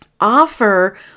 offer